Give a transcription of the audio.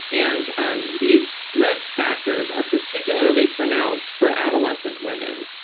and um these risk factors are particularly pronounced for adolescent women.